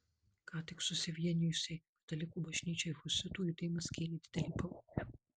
ką tik susivienijusiai katalikų bažnyčiai husitų judėjimas kėlė didelį pavojų